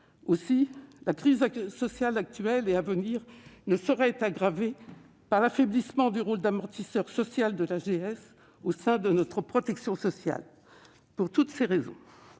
la crise sociale actuelle et à venir ne saurait être aggravée par l'affaiblissement du rôle d'amortisseur social de l'AGS au sein de notre protection sociale. Le maintien des créances